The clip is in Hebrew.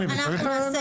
צריך לתת.